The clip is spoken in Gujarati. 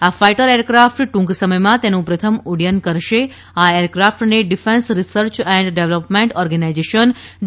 આ ફાઇટર એરક્રાફ્ટ ટ્રંક સમયમાં તેનુ પ્રથમ ઉડયન કરશે આ એરક્રાફટને defence research and development organisation D